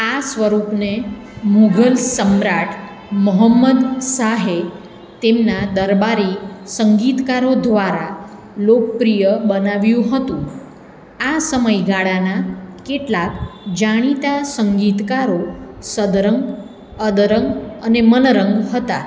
આ સ્વરૂપને મુઘલ સમ્રાટ મોહમ્મદ શાહે તેમના દરબારી સંગીતકારો દ્વારા લોકપ્રિય બનાવ્યું હતું આ સમયગાળાના કેટલાક જાણીતા સંગીતકારો સદરંગ અદરંગ અને મનરંગ હતા